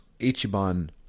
Ichiban